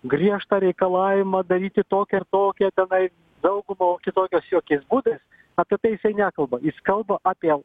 griežtą reikalavimą daryti tokią ir tokią tenai daugumą o kitokios jokiais būdais apie tai nekalba jis kalba apie